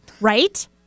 Right